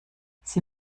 sie